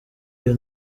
iyo